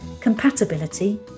compatibility